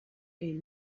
est